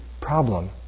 problem